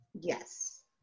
Yes